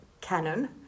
canon